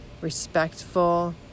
respectful